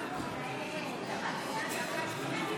או לכו תשאלו בקרן,